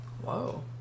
Whoa